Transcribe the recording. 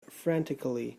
frantically